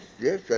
yes